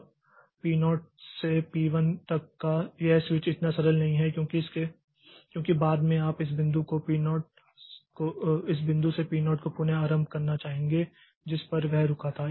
अब P0 से P1 तक का यह स्विच इतना सरल नहीं है क्योंकि बाद में आप उस बिंदु से P0 को पुनः आरंभ करना चाहेंगे जिस पर वह रुका था